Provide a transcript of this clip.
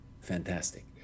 Fantastic